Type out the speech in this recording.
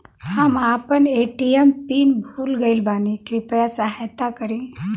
हम आपन ATM PIN भूल गईल बानी कृपया सहायता करी